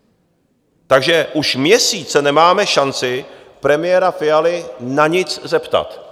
Takže už měsíc nemáme šanci se premiéra Fialy na nic zeptat.